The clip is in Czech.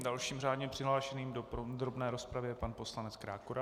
Dalším řádně přihlášeným do podrobné rozpravy je pan poslanec Krákora.